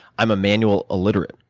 i'm a manual illiterate.